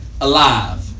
alive